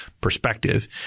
perspective